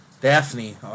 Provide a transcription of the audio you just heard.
Daphne